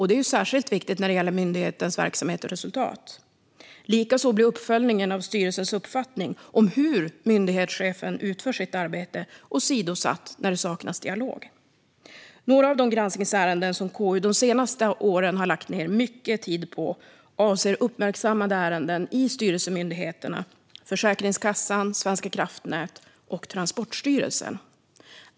Detta är särskilt viktigt när det gäller myndighetens verksamhet och resultat. Likaså blir uppföljningen av styrelsens uppfattning om hur myndighetenschefen utför sitt arbete åsidosatt när det saknas dialog. Några av de granskningsärenden som KU de senaste åren har lagt ned mycket tid på avser uppmärksammade ärenden i styrelsemyndigheterna Försäkringskassan, Svenska kraftnät och Transportstyrelsen.